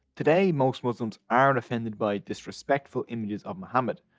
today most muslims are and offended by disrespectful images of muhammad.